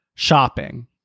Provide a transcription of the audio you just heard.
shopping